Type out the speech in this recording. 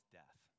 death